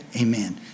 amen